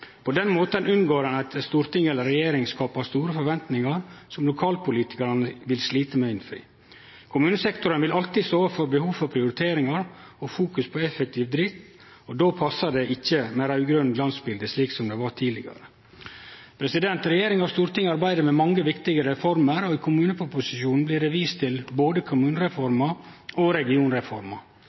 På den måten unngår ein at storting eller regjering skaper store forventingar som lokalpolitikarane vil slite med å innfri. Kommunesektoren vil alltid stå overfor behov for prioriteringar og fokus på effektiv drift, og då passar det ikkje med raud-grøne glansbilde, slik som det var tidlegare. Regjeringa og Stortinget arbeider med mange viktige reformer, og i kommuneproposisjonen blir det vist til både kommunereforma og regionreforma.